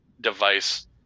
device